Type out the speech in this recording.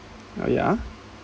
oh ya